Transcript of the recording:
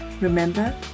Remember